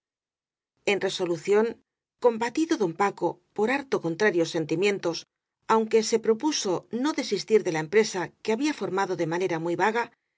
en resolución combatido don paco por harto contrarios sentimientos aunque se propuso no desistir de la empresa que había formado de ma nera muy vaga